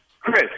Chris